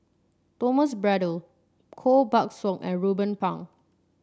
Thomas Braddell Koh Buck Song and Ruben Pang